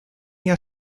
jahr